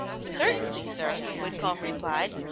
certainly, sir, whitcomb replied,